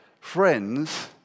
friends